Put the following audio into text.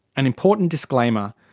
an important disclaimer.